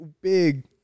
big